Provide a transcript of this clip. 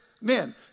men